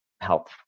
help